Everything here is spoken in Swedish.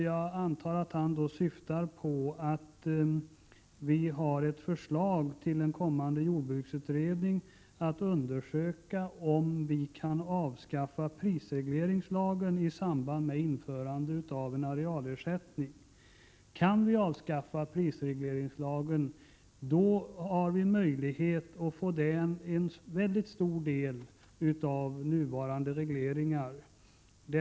Jag antar att Karl Erik Olsson syftar på att folkpartiet har ett förslag till en kommande jordbruksutredning att undersöka om prisregleringslagen kan avskaffas i samband med införande av en arealersättning. Kan vi avskaffa prisregleringslagen har vi en möjlighet att få bort en mycket stor del av de nuvarande regleringarna.